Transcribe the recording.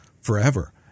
forever